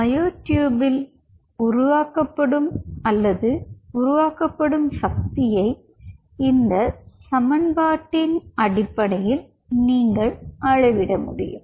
மயோட்யூபில் உருவாக்கப்படும் அல்லது உருவாக்கப்படும் சக்தியை இந்த சமன்பாட்டின் அடிப்படையில் நீங்கள் அளவிட முடியும்